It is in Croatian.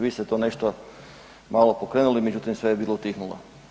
Vi ste to nešto malo pokrenuli, međutim sve je bilo utihnulo.